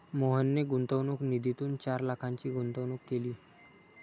मोहनने गुंतवणूक निधीतून चार लाखांची गुंतवणूक केली